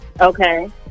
Okay